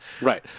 Right